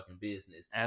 business